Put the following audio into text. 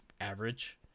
average